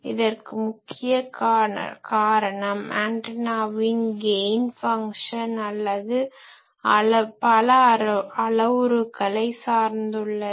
இதற்கு முக்கிய காரணம் ஆன்டனாவின் கெய்ன் ஃபங்ஷன் பல அளவுருக்களை சார்ந்துள்ளது